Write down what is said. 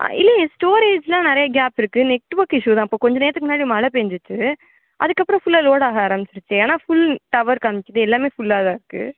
இல்லேயே ஸ்டோரேஜ்லாம் நிறைய கேப் இருக்குது நெட்ஒர்க் இஸ்யூவ் தான் கொஞ்ச நேரத்துக்கு முன்னாடி மழை பேஞ்சுச்சு அதுக்கப்புறோம் ஃபுல்லா லோடாக ஆரமிச்சிருச்சு ஆனால் ஃபுல் டவர் காமிக்கிது எல்லாமே ஃபுல்லா தான் இருக்குது